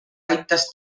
aitas